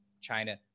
China